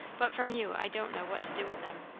but from you i don't know what to do with them.